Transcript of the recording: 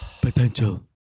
Potential